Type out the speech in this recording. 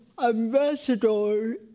ambassador